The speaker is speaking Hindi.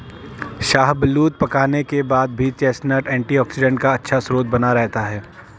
शाहबलूत पकाने के बाद भी चेस्टनट एंटीऑक्सीडेंट का अच्छा स्रोत बना रहता है